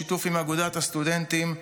בשיתוף עם אגודת הסטודנטים,